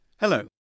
Hello